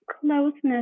closeness